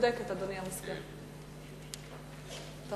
אנחנו